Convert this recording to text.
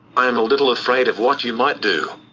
i'm a little afraid of what you might do.